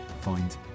find